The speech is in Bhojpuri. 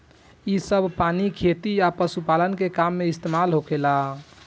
इ सभ पानी खेती आ पशुपालन के काम में इस्तमाल होखेला